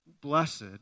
blessed